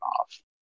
off